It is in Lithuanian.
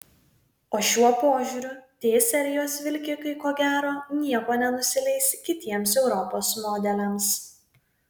o šiuo požiūriu t serijos vilkikai ko gero niekuo nenusileis kitiems europos modeliams